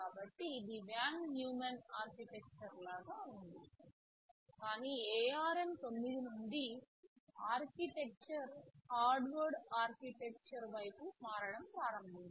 కాబట్టి ఇది Von Neumann architecture లాగా ఉంది కానీ ARM 9 నుండి ఆర్కిటెక్చర్ హార్వర్డ్ ఆర్కిటెక్చర్ వైపు మారడం ప్రారంభించింది